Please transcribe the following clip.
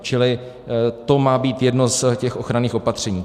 Čili to má být jedno z těch ochranných opatření.